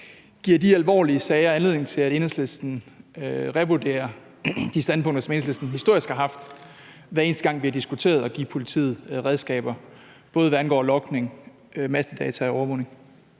Giver de alvorlige sager anledning til, at Enhedslisten revurderer de standpunkter, som Enhedslisten historisk har haft, hver eneste gang vi har diskuteret at give politiet redskaber, både hvad angår logning, mastedata og overvågning?